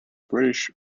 british